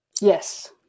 Yes